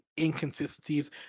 inconsistencies